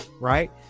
right